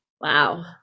Wow